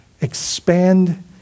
expand